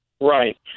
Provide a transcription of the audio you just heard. Right